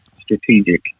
strategic